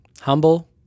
Humble